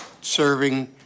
serving